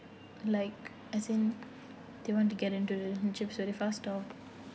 like as in they want to get into the